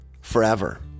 forever